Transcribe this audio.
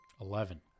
Eleven